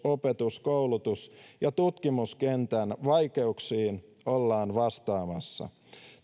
opetus koulutus ja tutkimuskentän vaikeuksiin ollaan vastaamassa